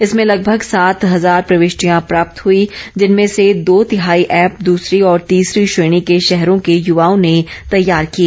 इसमें लगभग सात हजार प्रविष्ठियां प्राप्त हुई जिनमें से दो तिहाई ऐप दूसरी और तीसरी श्रेणी के शहरों के युवाओं ने तैयार किए